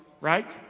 Right